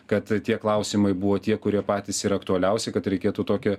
kad tie klausimai buvo tie kurie patys ir aktualiausi kad reikėtų tokią